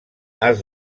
has